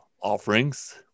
offerings